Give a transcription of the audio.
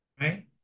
Right